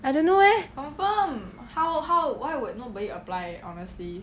I don't know eh